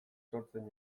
sortzen